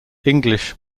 english